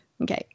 Okay